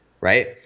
right